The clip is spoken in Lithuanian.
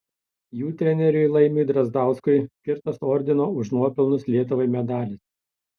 jų treneriui laimiui drazdauskui skirtas ordino už nuopelnus lietuvai medalis